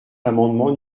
l’amendement